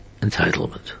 Entitlement